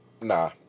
nah